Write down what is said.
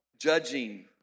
judging